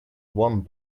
one